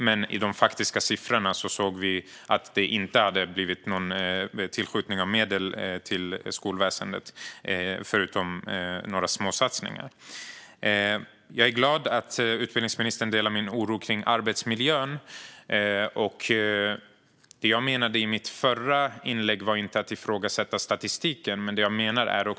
Men i de faktiska siffrorna såg vi att det inte hade tillskjutits medel till skolväsendet förutom för några småsatsningar. Jag är glad att utbildningsministern delar min oro för arbetsmiljön. Jag menade i mitt förra inlägg inte att ifrågasätta statistiken.